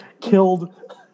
killed